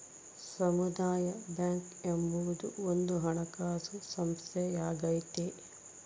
ಸಮುದಾಯ ಬ್ಯಾಂಕ್ ಎಂಬುದು ಒಂದು ಹಣಕಾಸು ಸಂಸ್ಥೆಯಾಗೈತೆ